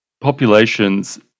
populations